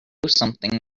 something